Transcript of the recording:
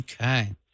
Okay